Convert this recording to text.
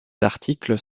articles